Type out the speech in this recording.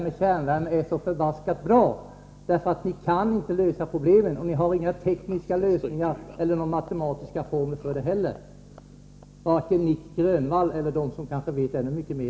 Varken Nic Grönvall eller de som kanske vet ännu mycket mer än han om de här sakerna har några tekniska lösningar eller matematiska formler för det heller.